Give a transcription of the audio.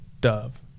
dove